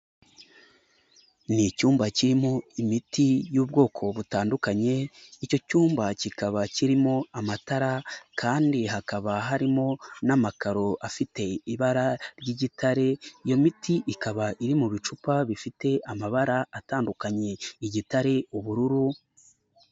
Ni icyumba kirimo imiti y'ubwoko butandukanye, icyo cyumba kikaba kirimo amatara kandi hakaba harimo n'amakaro afite ibara ry'igitare, iyo miti ikaba iri mu bicupa bifite amabara atandukanye, igitare, ubururu.